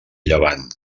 llevant